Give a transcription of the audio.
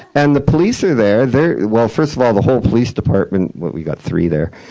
and the police are there, they're well, first of all, the whole police department well, we got three there.